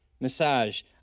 massage